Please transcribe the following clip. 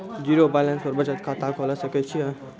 Zero balance पर बचत खाता खोले सकय छियै?